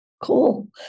Cool